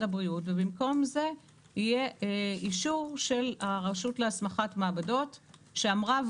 הבריאות ובמקום זה יהיה אישור של הרשות להסמכת מעבדות שאמרה,